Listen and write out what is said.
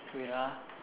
wait ah